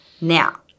Now